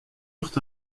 eurent